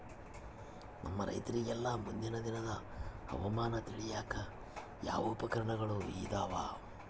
ನಮ್ಮ ರೈತರಿಗೆಲ್ಲಾ ಮುಂದಿನ ದಿನದ ಹವಾಮಾನ ತಿಳಿಯಾಕ ಯಾವ ಉಪಕರಣಗಳು ಇದಾವ?